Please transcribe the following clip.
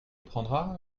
prendras